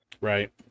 Right